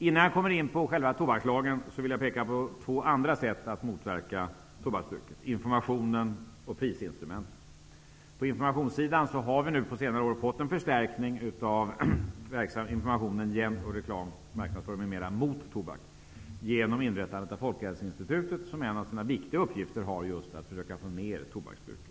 Innan jag kommer in på själva tobakslagen vill jag peka på två andra sätt att motverka tobaksbruket: Informationssidan har under senare år fått en förstärkning vad gäller bl.a. marknadsföring mot tobak genom inrättande av Folkhälsoinstitutet. En av dess viktigaste uppgifter är att försöka få ned tobaksbruket.